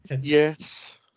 yes